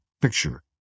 picture